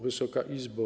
Wysoka Izbo!